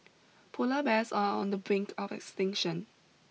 polar bears are on the brink of extinction